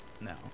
No